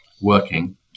working